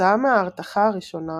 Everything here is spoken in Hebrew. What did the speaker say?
כתוצאה מהרתחה ראשונה